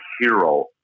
hero